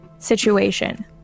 situation